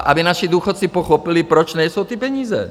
Aby naši důchodci pochopili, proč nejsou ty peníze.